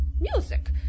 Music